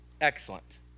excellent